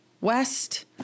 west